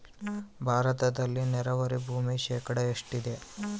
ಭಾರತದಲ್ಲಿ ನೇರಾವರಿ ಭೂಮಿ ಶೇಕಡ ಎಷ್ಟು ಇದೆ?